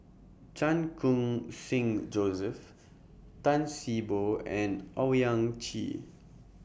Chan Khun Sing Joseph Tan See Boo and Owyang Chi